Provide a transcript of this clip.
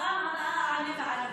בפעם הבאה אעלה בערבית.